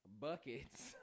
buckets